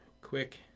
quick